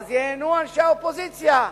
אז ייהנו אנשי האופוזיציה.